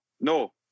no